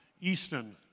Easton